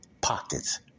Pockets